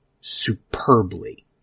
superbly